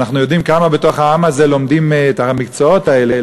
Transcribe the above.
ואנחנו יודעים כמה בעם הזה לומדים את המקצועות האלה,